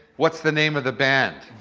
what's the name of the band?